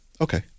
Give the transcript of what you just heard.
okay